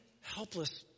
helpless